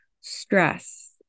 stress